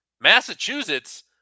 Massachusetts